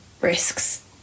risks